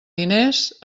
diners